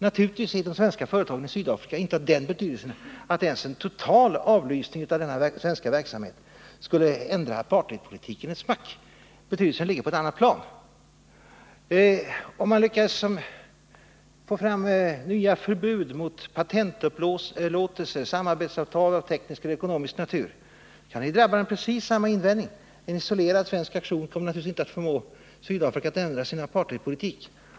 Naturligtvis är de svenska företagen i Sydafrika inte av den betydelsen att ens en total avlysning av denna svenska verksamhet skulle ändra apartheidpolitiken ett smack. Betydelsen ligger på ett annat plan. Om man lyckas få fram nya förbud mot patentupplåtelser eller samarbetsavtal av teknisk eller ekonomisk natur, kan detta drabbas av precis samma invändning: en isolerad svensk aktion kommer naturligtvis inte att förmå Sydafrika att ändra sin apartheidpolitik.